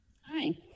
hi